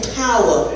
power